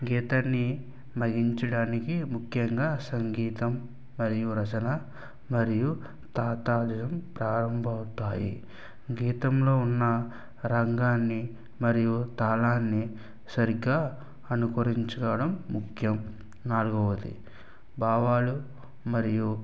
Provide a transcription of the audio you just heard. గీతాన్ని మగించడానికి ముఖ్యంగా సంగీతం మరియు రచన మరియు తా తాజసం ప్రారంభ అవుతాయి గీతంలో ఉన్న రంగాన్ని మరియు తాళాన్ని సరిగ్గా అనుకరించడం ముఖ్యం నాల్గవది భావాలు మరియు